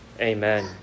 amen